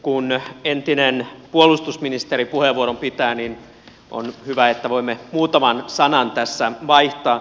kun entinen puolustusministeri puheenvuoron pitää on hyvä että voimme muutaman sanan tässä vaihtaa